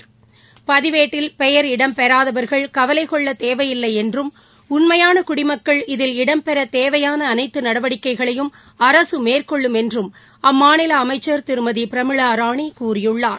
இதற்கிடையே பதிவேட்டில் பெயர் இடம்பெறாதவர்கள் கவலைக்கொள்ளத் தேவையில்லை என்றும் உண்மையான குடிமக்கள் இதில் இடம்பெற தேவையான அனைத்து நடவடிக்கைகளையும் அரசு மேற்கொள்ளும் என்று அம்மாநில அமைச்சர் திருமதி பிரமிளா ராணி கூறியுள்ளார்